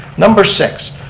number six,